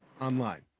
online